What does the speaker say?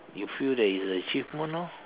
you feel that is a achievement orh